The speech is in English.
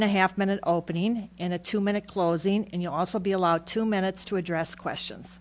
one half minute opening and a two minute closing and you'll also be allowed two minutes to address questions